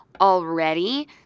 already